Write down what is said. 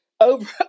over